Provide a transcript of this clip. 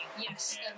Yes